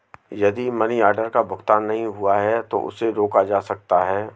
यदि money order का भुगतान नहीं हुआ है तो उसे रोका जा सकता है